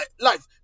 life